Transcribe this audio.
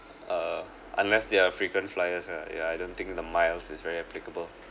uh unless they are frequent fliers ah ya I don't think the miles is very applicable